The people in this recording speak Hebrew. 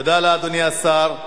תודה לאדוני השר.